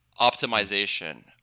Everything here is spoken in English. optimization